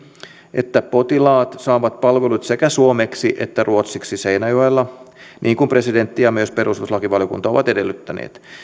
että potilaat saavat palvelut sekä suomeksi että ruotsiksi seinäjoella niin kuin presidentti ja myös perustuslakivaliokunta ovat edellyttäneet